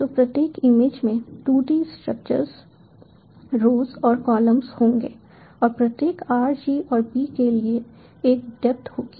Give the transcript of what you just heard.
तो प्रत्येक इमेज में 2D स्ट्रक्चर्स रोज और कॉलम्स होंगे और प्रत्येक r g और b के लिए एक डेप्थ होगी